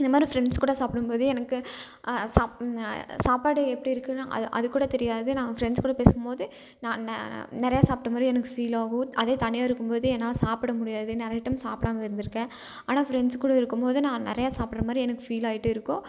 இந்தமாதிரி ஃப்ரெண்ட்ஸ் கூட சாப்பிடும்போது எனக்கு சாப்பாடு எப்படி இருக்குன்னு அது அதுக்கூட தெரியாது நான் ஃப்ரெண்ட்ஸ் கூட பேசும்போது நான் நிறைய சாப்பிட்ட மாதிரி எனக்கு ஃபீல் ஆகும் அதே தனியாக இருக்கும்போது என்னால சாப்பிட முடியாது நிறைய டைம் சாப்பிடாம இருந்து இருக்கேன் ஆனால் ஃப்ரெண்ட்ஸ் கூட இருக்கும்போது நான் நிறைய சாப்பிடுறமாரி எனக்கு ஃபீல் ஆயிட்டே இருக்கும்